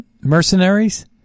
mercenaries